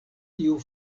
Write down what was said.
tiu